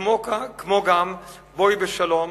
כמו גם "בואי בשלום",